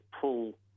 pull